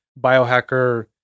biohacker